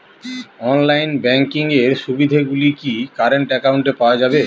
Online banking এর সুবিধে গুলি কি কারেন্ট অ্যাকাউন্টে পাওয়া যাবে?